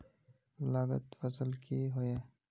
लागत फसल की होय?